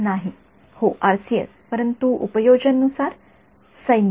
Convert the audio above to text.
RCS नाही हो RCS परंतु उपयोजन नुसार विद्यार्थी सैन्य